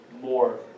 more